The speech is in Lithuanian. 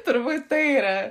turbūt tai yra